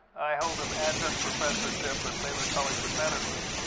i hold an adjunct professorship at baylor college medicine.